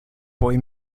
boy